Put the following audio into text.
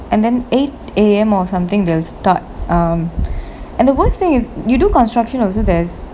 and then eight A_M or something they will start um and the worst thing is you do construction also there's